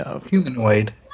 humanoid